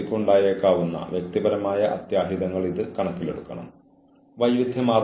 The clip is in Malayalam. അമിതമായ പ്രതികരണം ഒരാളെ ശിക്ഷിക്കുന്നതിനുള്ള ഒരു കാരണമായിരിക്കരുത്